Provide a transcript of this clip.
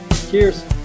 Cheers